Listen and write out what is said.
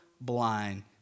blind